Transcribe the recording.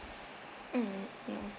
hmm mm